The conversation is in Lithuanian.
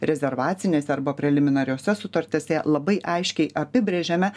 rezervacinėse arba preliminariose sutartyse labai aiškiai apibrėžiame